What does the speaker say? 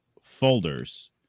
folders